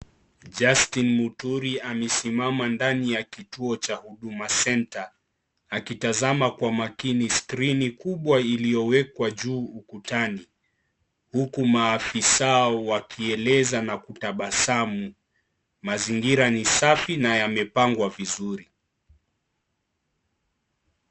Justine Muturi amesimama ndani ya kituo cha huduma senta akitazama kwa makini sikirini kubwa iliyowekwa juu ukutani huku maafisa wakieleza na kutabasamu ,mazingira ni safi na yamepangwa vizuri.